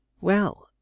Well